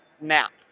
map